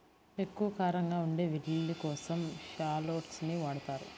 ఎక్కువ కారంగా ఉండే వెల్లుల్లి కోసం షాలోట్స్ ని వాడతారు